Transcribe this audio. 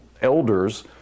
elders